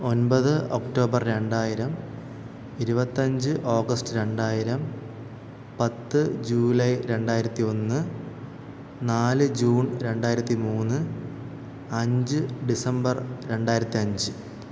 ഒൻപത് ഒക്ടോബർ രണ്ടായിരം ഇരുപത്തഞ്ച് ഓഗസ്റ്റ് രണ്ടായിരം പത്ത് ജൂലൈ രണ്ടായിരത്തി ഒന്ന് നാല് ജൂൺ രണ്ടായിരത്തി മൂന്ന് അഞ്ച് ഡിസംബർ രണ്ടായിരത്തി അഞ്ച്